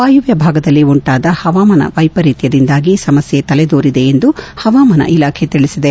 ವಾಯುವ್ನ ಭಾಗದಲ್ಲಿ ಉಂಟಾದ ಹವಾಮಾನ ವೈಪರೀತ್ನದಿಂದಾಗಿ ಸಮಸ್ನೆ ತಲೆದೋರಿದೆ ಎಂದು ಹವಾಮಾನ ಇಲಾಖೆ ತಿಳಿಸಿದೆ